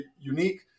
unique